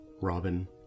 Robin